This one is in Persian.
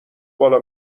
بالا